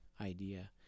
idea